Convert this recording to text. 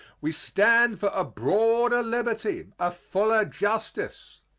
we stand for a broader liberty, a fuller justice.